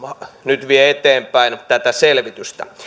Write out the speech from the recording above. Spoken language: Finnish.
nyt vie eteenpäin tätä selvitystä